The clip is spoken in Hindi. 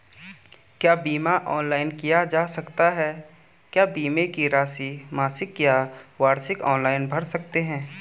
क्या बीमा ऑनलाइन किया जा सकता है क्या बीमे की राशि मासिक या वार्षिक ऑनलाइन भर सकते हैं?